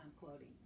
quoting